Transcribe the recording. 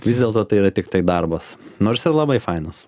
vis dėlto tai yra tiktai darbas nors ir labai fainas